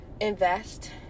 Invest